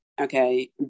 okay